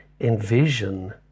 envision